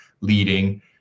leading